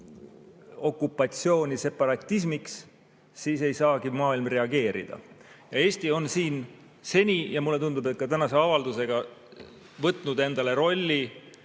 okupatsiooni separatismiks, siis ei saagi maailm reageerida. Ja Eesti on siin seni – ja mulle tundub, ka tänase avaldusega – võtnud endale rolli